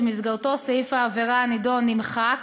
שבמסגרתו סעיף העבירה הנדון נמחק